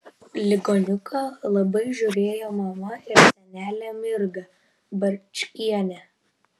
ligoniuką labai žiūrėjo mama ir senelė mirga barčkienė